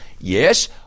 Yes